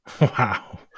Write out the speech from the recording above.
Wow